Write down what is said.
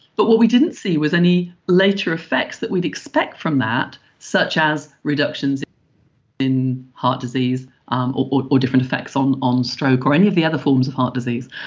but what we didn't see was any later effects that we'd expect from that, such as reductions in heart disease um or or different effects on on stroke or any of the other forms of heart disease.